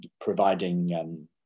providing